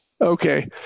Okay